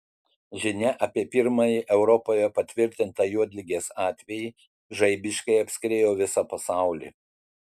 žinia apie pirmąjį europoje patvirtintą juodligės atvejį žaibiškai apskriejo visą pasaulį